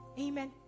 Amen